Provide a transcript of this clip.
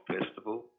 Festival